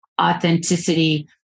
authenticity